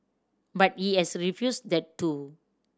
but he has refused that too